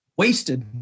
Wasted